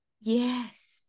Yes